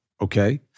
okay